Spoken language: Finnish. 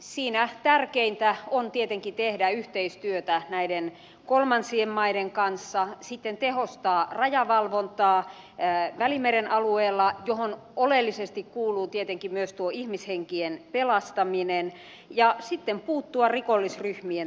siinä tärkeintä on tietenkin tehdä yhteistyötä näiden kolmansien maiden kanssa tehostaa rajavalvontaa välimeren alueella mihin oleellisesti kuuluu tietenkin myös ihmishenkien pelastaminen ja puuttua rikollisryhmien toimintaan